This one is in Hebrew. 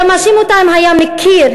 היה מאשים אותה אם היה מכיר,